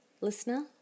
listener